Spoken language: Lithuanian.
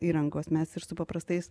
įrangos mes ir su paprastais